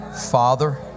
Father